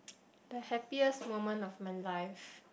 the happiest moment of my life